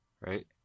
Right